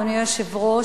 אדוני היושב-ראש,